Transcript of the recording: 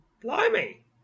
Blimey